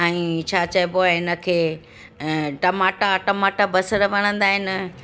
ऐं छा चइबो आहे हिन खे टमाटा टमाटा बसरि वणंदा आहिनि